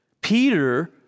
Peter